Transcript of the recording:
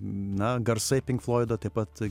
na garsai pink floido taip pat